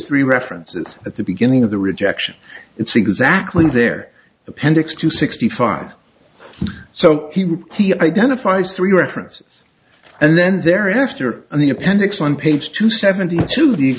three references at the beginning of the rejection it's exactly their appendix to sixty five so he identifies three references and then they're after in the appendix on page two seventy two the